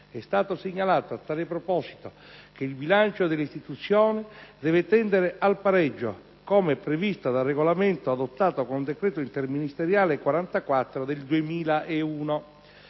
È stato segnalato a tale proposito che il bilancio dell'istituzione deve tendere al pareggio come previsto dal regolamento adottato con decreto interministeriale n. 44 del 2001.